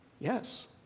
Yes